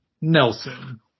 Nelson